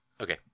Okay